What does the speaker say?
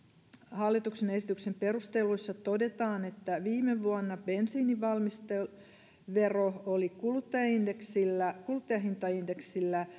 hallituksen esityksen perusteluissa todetaan että viime vuonna bensiinin valmistevero oli kuluttajahintaindeksillä kuluttajahintaindeksillä